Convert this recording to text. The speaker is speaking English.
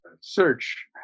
search